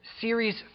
series